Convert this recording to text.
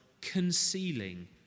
concealing